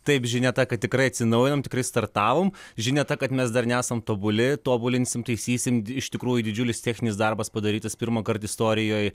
taip žinia ta kad tikrai atsinaujinom tikrai startavom žinia ta kad mes dar nesam tobuli tobulinsim taisysim iš tikrųjų didžiulis techninis darbas padarytas pirmąkart istorijoj